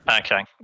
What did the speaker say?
Okay